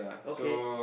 okay